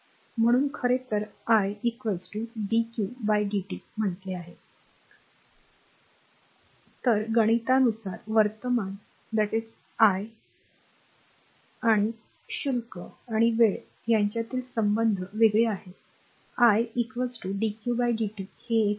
म्हणून खरे तर आय dqdt तर गणितानुसार वर्तमान आणि शुल्क आणि वेळ यांच्यातील संबंध वेगळे आहेत आय dqdt हे एक समीकरण आहे 1